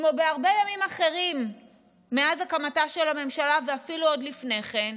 כמו בהרבה ימים אחרים מאז הקמתה של הממשלה ואפילו עוד לפני כן,